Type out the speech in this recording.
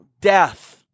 death